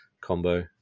combo